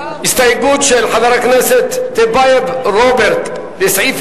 הסתייגות של חבר הכנסת טיבייב רוברט לסעיף